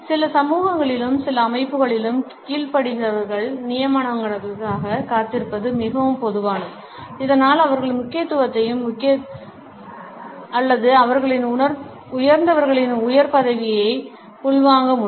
சில சமூகங்களிலும் சில அமைப்புகளிலும் கீழ்படிந்தவர்கள் நியமனங்களுக்காகக் காத்திருப்பது மிகவும் பொதுவானது இதனால் அவர்கள் முக்கியத்துவத்தையும் அல்லது அவர்களின் உயர்ந்தவர்களின் உயர் பதவியை உள்வாங்க முடியும்